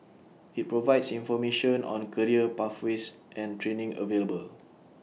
IT provides information on career pathways and training available